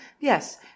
yes